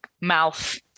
mouth